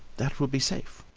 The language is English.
that will be safe.